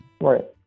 Right